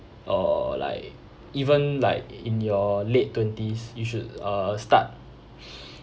or like even like in your late twenties you should uh start